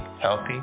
healthy